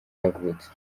yavutse